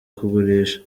kugurisha